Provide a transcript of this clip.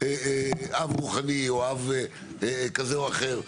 אב רוחני או אב כזה או אחר,